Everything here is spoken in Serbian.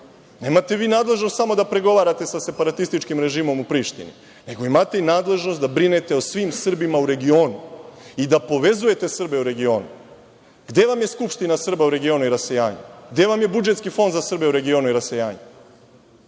Nemate nadležnost samo da pregovarate sa separatističkim režimom u Prištini, nego imate i nadležnost da brinete o svim Srbima u regionu i da povezujete Srbe u regionu. Gde vam je skupština Srba u regionu i rasejanju? Gde vam je budžetski fond za Srbe u regionu i rasejanju?